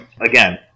again